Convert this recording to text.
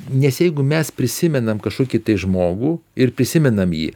nes jeigu mes prisimenam kažkokį tai žmogų ir prisimenam jį